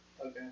Okay